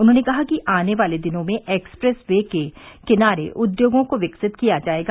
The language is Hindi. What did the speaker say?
उन्होंने कहा कि आने वाले दिनों में एक्सप्रेस वे के किनारे उद्योगों को विकसित किया जाएगा